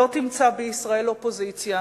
לא תמצא בישראל אופוזיציה